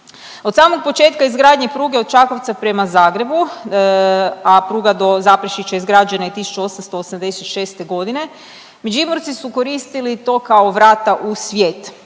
Od samog početka izgradnje pruge od Čakovca prema Zagrebu, a pruga do Zaprešića izgrađena je 1886. g., Međimurci su koristili to kao vrata u svijet.